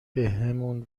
بهمون